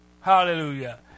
Hallelujah